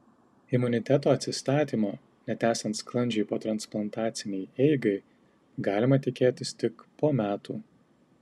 imuniteto atsistatymo net esant sklandžiai potransplantacinei eigai galima tikėtis tik po metų